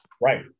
Right